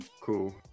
Cool